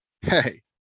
hey